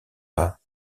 pas